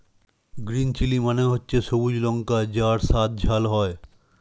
green chilli মানে হচ্ছে সবুজ লঙ্কা যার স্বাদ ঝাল হয়